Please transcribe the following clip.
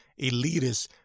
elitists